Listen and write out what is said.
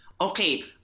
Okay